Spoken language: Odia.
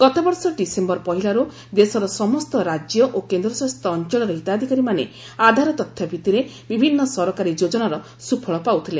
ଗତ ବର୍ଷ ଡିସେମ୍ବର ପହିଲାରୁ ଦେଶର ସମସ୍ତ ରାଜ୍ୟ ଓ କେନ୍ଦ୍ରଶାସିତ ଅଞ୍ଚଳର ହିତାଧିକାରୀମାନେ ଆଧାର ତଥ୍ୟ ଭିଭିରେ ବିଭିନ୍ନ ସରକାରୀ ଯୋକନାର ସ୍ୱଫଳ ପାଉଥିଲେ